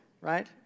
right